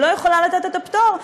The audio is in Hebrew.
היא לא יכולה לתת את הפטור,